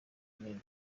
munini